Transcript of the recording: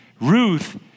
Ruth